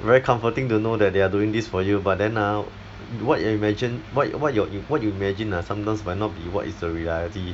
very comforting to know that they are doing this for you but then ah what you imagine what what your what you imagine ah sometimes might not be what is the reality